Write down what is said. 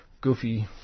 goofy